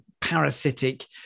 parasitic